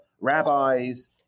rabbis